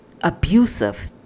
abusive